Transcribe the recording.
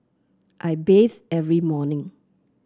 I bathe every morning